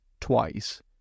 twice